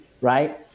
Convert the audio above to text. right